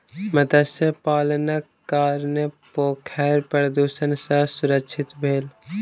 मत्स्य पालनक कारणेँ पोखैर प्रदुषण सॅ सुरक्षित भेल